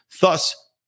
Thus